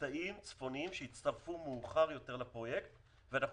מקטעים צפוניים שהצטרפו מאוחר יותר לפרויקט ואנחנו